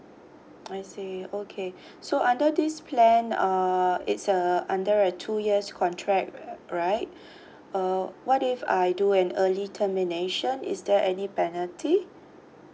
I see okay so under this plan uh it's a under a two years contract right uh what if I do an early termination is there any penalty